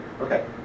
Okay